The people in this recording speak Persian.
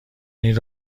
این